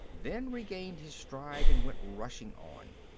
then regained his stride and went rushing on.